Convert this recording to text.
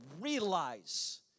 realize